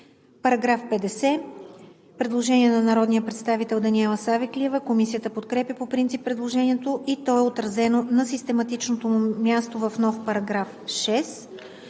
По § 50 има предложение от народния представител Даниела Савеклива. Комисията подкрепя по принцип предложението и то е отразено на систематичното му място в нов § 6.